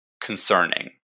concerning